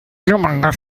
numerus